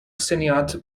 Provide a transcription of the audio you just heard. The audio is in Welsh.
syniad